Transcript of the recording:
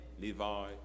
Levi